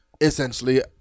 essentially